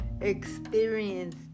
experience